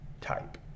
type